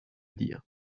dire